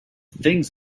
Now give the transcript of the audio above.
things